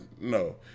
no